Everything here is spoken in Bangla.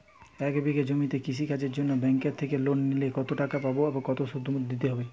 এক বিঘে জমিতে কৃষি কাজের জন্য ব্যাঙ্কের থেকে লোন নিলে কত টাকা পাবো ও কত শুধু দিতে হবে?